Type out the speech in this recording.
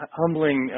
humbling